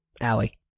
Allie